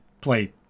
play